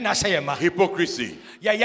hypocrisy